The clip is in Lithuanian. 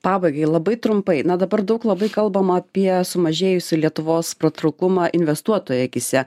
pabaigai labai trumpai na dabar daug labai kalbama apie sumažėjusį lietuvos patrauklumą investuotojų akyse